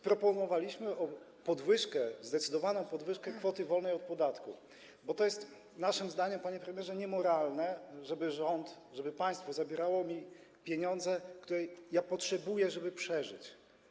Proponowaliśmy zdecydowaną podwyżkę kwoty wolnej od podatku, bo to jest naszym zdaniem, panie premierze, niemoralne, żeby rząd, żeby państwo zabierało mi pieniądze, których ja potrzebują, żeby przeżyć.